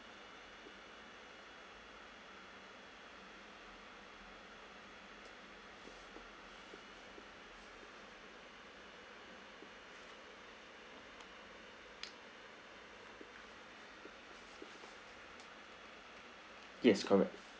yes correct